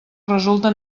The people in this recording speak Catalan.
resulta